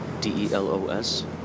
D-E-L-O-S